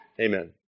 Amen